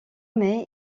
mai